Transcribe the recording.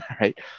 right